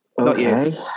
Okay